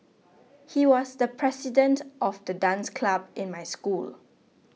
he was the president of the dance club in my school